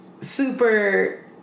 super